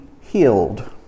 healed